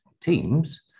teams